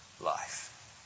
life